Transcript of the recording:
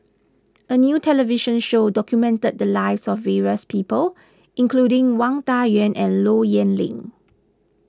a new television show documented the lives of various people including Wang Dayuan and Low Yen Ling